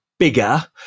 bigger